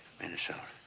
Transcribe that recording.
minnesota.